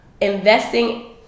investing